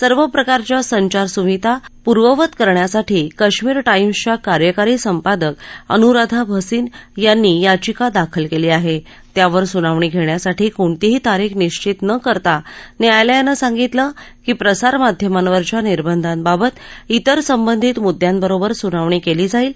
सर्व प्रकारच्या संचारसुविधा पूर्ववत करण्यासाठी कश्मीर टाईम्सच्या कार्यकारी संपादक अनुराधा भसीन यांनी याचिका दाखल केली आहे त्यावर सुनावणी घेण्यासाठी कोणतीही तारीख निश्वित न करता न्यायालयानं सांगितलं की प्रसारमाध्यमांवरच्या निर्बधाबाबत त्वर संबंधित मुद्यांबरोबर सुनावणी केली जाईल